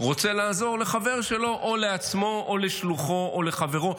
רוצה לעזור לחבר שלו או לעצמו או לשלוחו או לחברו.